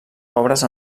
pobres